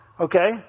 okay